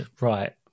Right